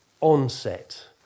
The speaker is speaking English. onset